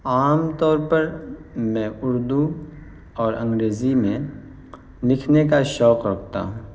عام طور پر میں اردو اور انگریزی میں لکھنے کا شوق رکھتا ہوں